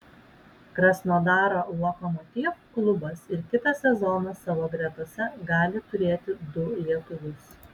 krasnodaro lokomotiv klubas ir kitą sezoną savo gretose gali turėti du lietuvius